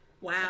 Wow